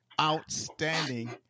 outstanding